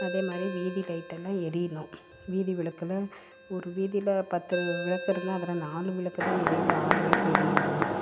அதே மாதிரி வீதி லைட்டல்லாம் எரியணும் வீதி விளக்குல ஒரு வீதியில பத்து விளக்குது இருந்தால் அதில் நாள் விளக்கு தான் எரியுது ஆறு விளக்கு எறியுறதில்ல